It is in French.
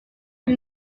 ils